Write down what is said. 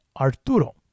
Arturo